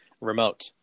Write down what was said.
remote